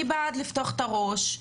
אני בעד לפתוח את הראש,